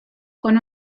con